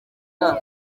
mwaka